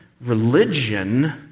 religion